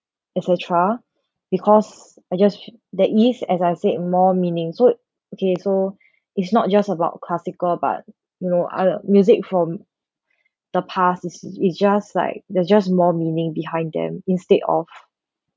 et cetera because I just s~ that is as I said more meaning so it okay so it's not just about classical but you know other music from the past is is it's just like there's just more meaning behind them instead of